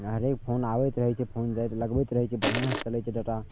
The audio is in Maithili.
हरेक फोन आबैत रहै छै फोन जाइ लगबैत रहै छै बढ़िआँ से चलै छै डाटा